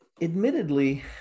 admittedly